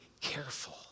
careful